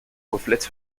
reflètent